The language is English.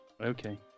Okay